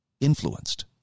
influenced